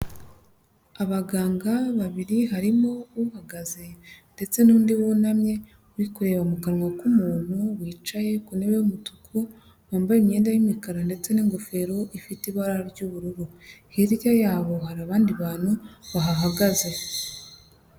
Abaganga babiri, harimo uhagaze ndetse n'undi wunamye, uri kureba mu kanwa k'umuntu wicaye ku ntebe y'umutuku, wambaye imyenda y'imikara ndetse n'ingofero ifite ibara ry'ubururu, hirya yabo hari abandi bantu bahahagaze.